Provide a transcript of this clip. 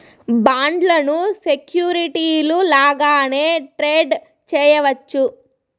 బాండ్లను సెక్యూరిటీలు లాగానే ట్రేడ్ చేయవచ్చు